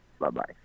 bye-bye